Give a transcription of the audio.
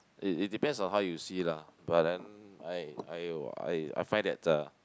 it it depends on how you see lah but then I I I find that uh